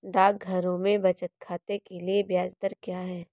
डाकघरों में बचत खाते के लिए ब्याज दर क्या है?